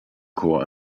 corps